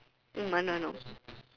mm I know I know